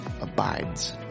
abides